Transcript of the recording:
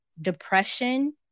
depression